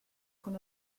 con